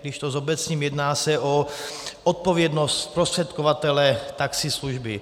Když to zobecním, jedná se o odpovědnost zprostředkovatele taxislužby.